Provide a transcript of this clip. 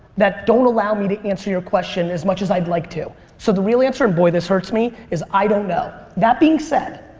that don't allow me to answer your question as much as i'd like to. so the real answer, and boy this hurts me, is i don't know. that being said,